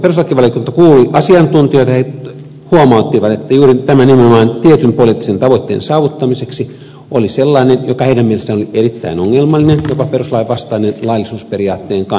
kun perustuslakivaliokunta kuuli asiantuntijoita he huomauttivat että juuri tämä nimenomainen tietyn poliittisen tavoitteen saavuttamiseksi oli sellainen joka heidän mielestään oli erittäin ongelmallinen jopa perustuslain vastainen laillisuusperiaatteen kannalta